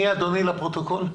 מי אדוני, לפרוטוקול?